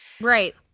Right